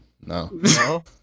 No